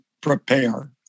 prepare